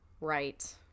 Right